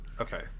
okay